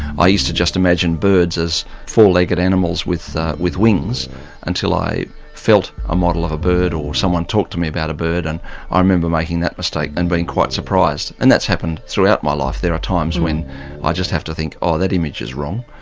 i used to just imagine birds as four-legged animals with with wings until i felt a model of a bird or someone talked to me about a bird and ah i remember making that mistake and being quite surprised. and that's happened throughout my life, there are times when i just have to think oh, that image is wrong.